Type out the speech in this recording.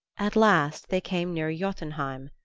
at last they came near jotunheim,